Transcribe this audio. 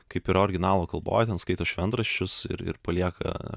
kaip yra originalo kalboj ten skaito šventraščius ir palieka